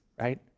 right